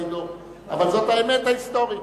אבל זאת האמת ההיסטורית.